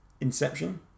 Inception